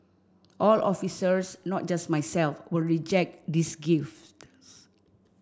all officers not just myself will reject these